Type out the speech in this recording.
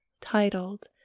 titled